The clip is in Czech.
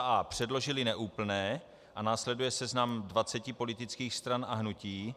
a) předložily neúplné a následuje seznam 20 politických stran a hnutí;